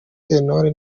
sentore